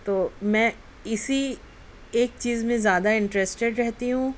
تو میں اسی ایک چیز میں زیادہ انٹرسٹیڈ رہتی ہوں